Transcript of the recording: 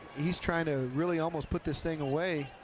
he's trying to really almost put this thing away,